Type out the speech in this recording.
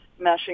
meshing